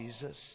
Jesus